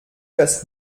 das